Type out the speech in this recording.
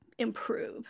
improve